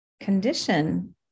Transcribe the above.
condition